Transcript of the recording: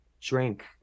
drink